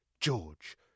George